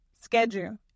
schedule